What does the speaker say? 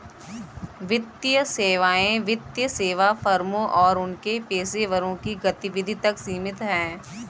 वित्तीय सेवाएं वित्तीय सेवा फर्मों और उनके पेशेवरों की गतिविधि तक सीमित हैं